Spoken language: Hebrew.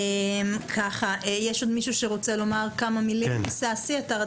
ששי, בבקשה.